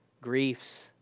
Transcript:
griefs